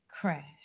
crash